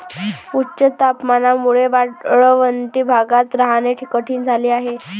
उच्च तापमानामुळे वाळवंटी भागात राहणे कठीण झाले आहे